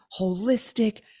holistic